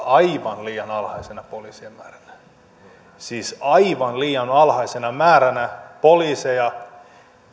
aivan liian alhaisena poliisien määränä siis aivan liian alhaisena määränä poliiseja